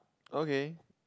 okay